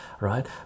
right